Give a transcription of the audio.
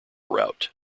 route